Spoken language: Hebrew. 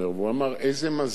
והוא אמר: איזה מזל,